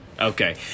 Okay